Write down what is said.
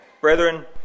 Brethren